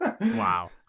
Wow